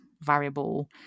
variable